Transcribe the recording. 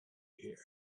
here